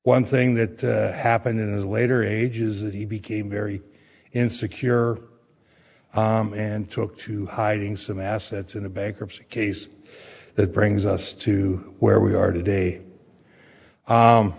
one thing that happened in his later ages that he became very insecure and took to hiding some assets in a bankruptcy case that brings us to where we are today